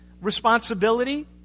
responsibility